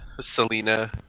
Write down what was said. Selena